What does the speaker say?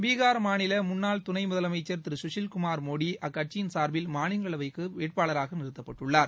பிகார் மாநில முன்னாள் துணை முதலமைச்சர் திருகுஷில் குமார் மோடி அக்கட்சியின் சார்பில் மாநிலங்களவைக்கு வேட்பாளராக நிறுத்தப்பட்டுள்ளார்